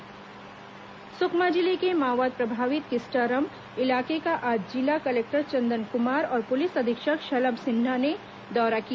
सुकमा दंतेवाड़ा सुकमा जिले के माओवाद प्रभावित किस्टारम इलाके का आज जिला कलेक्टर चंदन कुमार और पुलिस अधीक्षक शलभ सिन्हा ने दौरा किया